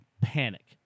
panic